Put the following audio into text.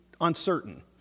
uncertain